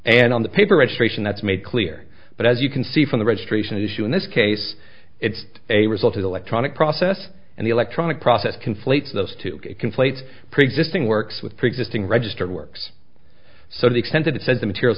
and on the paper registration that's made clear but as you can see from the registration issue in this case it's a result of electronic process and the electronic process conflates those to conflate preexisting works with preexisting registered works so the extent that it says the materials